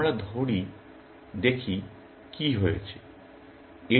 আমরা ধরি দেখি কী হয়েছে